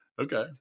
okay